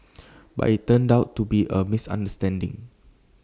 but IT turned out to be A misunderstanding